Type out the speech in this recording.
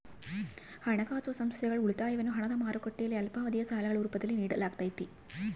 ಹಣಕಾಸು ಸಂಸ್ಥೆಗಳು ಉಳಿತಾಯವನ್ನು ಹಣದ ಮಾರುಕಟ್ಟೆಯಲ್ಲಿ ಅಲ್ಪಾವಧಿಯ ಸಾಲಗಳ ರೂಪದಲ್ಲಿ ನಿಡಲಾಗತೈತಿ